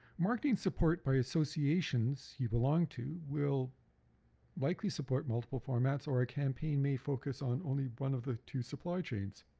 marketing support by associations you belong to will likely support multiple formats or a campaign may focus on only one of the two supply chains,